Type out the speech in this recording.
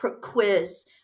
quiz